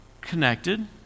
connected